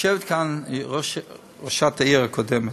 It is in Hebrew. יושבת כאן ראשת העיר הקודמת.